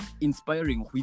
inspiring